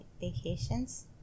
vacations